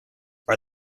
are